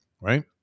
right